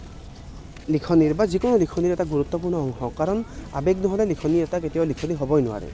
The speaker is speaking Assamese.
লিখনিৰ বা যিকোনো এটা লিখনিৰ এটা গুৰুত্বপূৰ্ণ অংশ কাৰণ আৱেগ নহ'লে লিখনি এটা কেতিয়াও লিখনি হ'বই নোৱাৰে